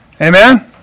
Amen